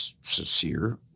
sincere